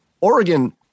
Oregon